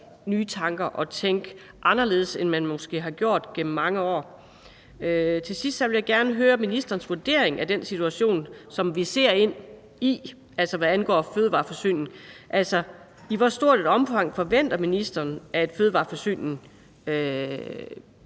nye tanker og tænke anderledes, end man måske har gjort igennem mange år. Til sidst vil jeg gerne høre ministerens vurdering af den situation, som vi ser ind i, altså hvad angår fødevareforsyningen. Altså, i hvor stort et omfang forventer ministeren at fødevareforsyningen